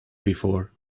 before